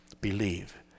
believe